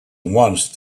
once